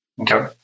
Okay